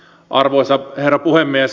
arvoisa herra puhemies